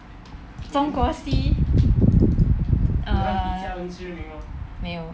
中国戏 err 没有